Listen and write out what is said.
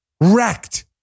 Wrecked